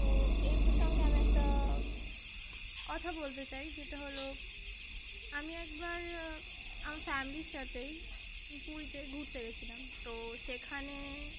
তো এই প্রসঙ্গে আমি একটা কথা বলতে চাই যেটা হলো আমি একবার আমার ফ্যামিলির সাথেই পুরীতে ঘুরতে গেছিলাম তো সেখানে